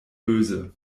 böse